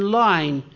line